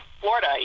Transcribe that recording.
Florida